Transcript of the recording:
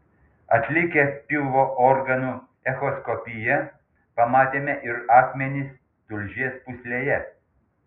atlikę pilvo organų echoskopiją pamatėme ir akmenis tulžies pūslėje